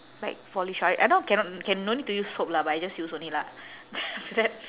like polish I I know cannot can no need to use soap lah but I just use only lah then after that